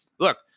Look